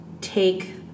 take